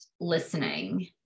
listening